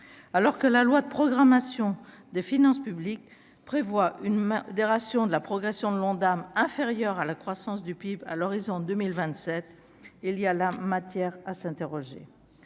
alors que la loi de programmation des finances publiques prévoit une main des rations de la progression de l'Ondam inférieure à la croissance du PIB à l'horizon 2027, il y a là matière à s'interroger,